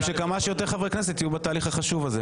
שכמה שיותר חברי כנסת יהיו בתהליך החשוב הזה.